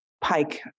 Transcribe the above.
Pike